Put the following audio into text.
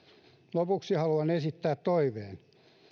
lopuksi haluan esittää toiveen